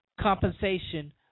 compensation